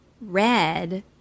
red